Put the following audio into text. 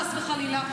חס וחלילה,